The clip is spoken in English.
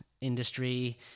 industry